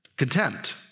Contempt